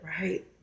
right